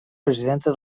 presidenta